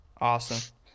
Awesome